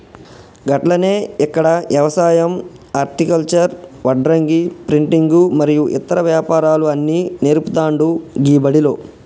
గట్లనే ఇక్కడ యవసాయం హర్టికల్చర్, వడ్రంగి, ప్రింటింగు మరియు ఇతర వ్యాపారాలు అన్ని నేర్పుతాండు గీ బడిలో